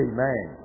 Amen